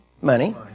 Money